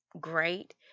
great